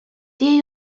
jej